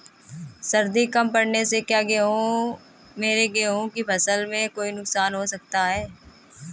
सर्दी कम पड़ने से क्या मेरे गेहूँ की फसल में कोई नुकसान हो सकता है?